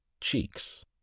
Cheeks